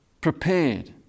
prepared